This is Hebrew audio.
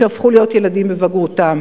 שהפכו להיות ילדים בבגרותם.